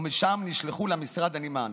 ומשם נשלחו למשרד הנמען.